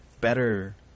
better